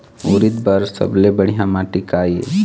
उरीद बर सबले बढ़िया माटी का ये?